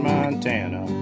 Montana